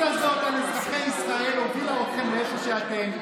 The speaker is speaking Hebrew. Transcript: הזאת על אזרחי ישראל הובילו אתכם לאיפה שאתם.